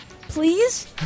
Please